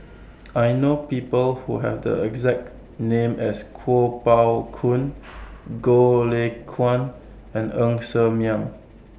I know People Who Have The exact name as Kuo Pao Kun Goh Lay Kuan and Ng Ser Miang